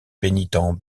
pénitents